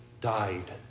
died